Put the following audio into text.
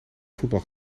voetbal